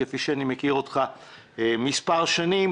כפי שאני מכיר אותך כמה שנים,